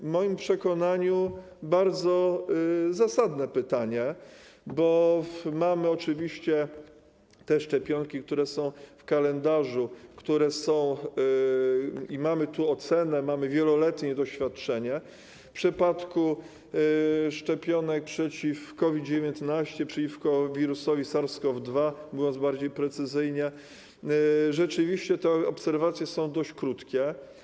W moim przekonaniu to bardzo zasadne pytanie, bo mamy oczywiście te szczepionki, które są w kalendarzu i w przypadku których mamy ocenę i mamy wieloletnie doświadczenie, a w przypadku szczepionek przeciw COVID-19, przeciwko wirusowi SARS-CoV-2, mówiąc bardziej precyzyjnie, rzeczywiście te obserwacje są dość krótkie.